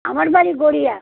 আমার বাড়ি গড়িয়া